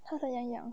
她喜欢杨洋